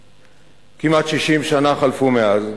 כמעט 60 שנים חלפו מאז.